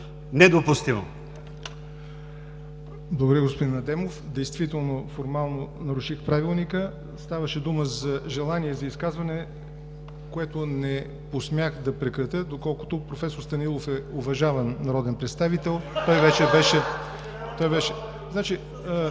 НОТЕВ: Благодаря, господин Адемов. Действително формално наруших Правилника. Ставаше дума за желание за изказване, което не посмях да прекратя, доколкото професор Станилов е уважаван народен представител. (Смях в ДПС.